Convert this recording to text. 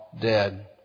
dead